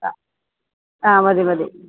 അ മതി മതി